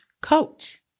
coach